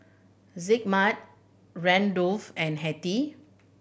Zigmund Randolf and Hetty